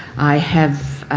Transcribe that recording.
i have